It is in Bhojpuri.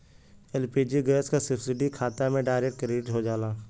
एल.पी.जी गैस क सब्सिडी खाता में डायरेक्ट क्रेडिट हो जाला